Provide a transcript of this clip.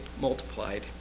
multiplied